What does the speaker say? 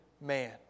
man